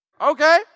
Okay